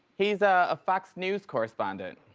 he's a ah fox news correspondent.